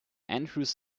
andrews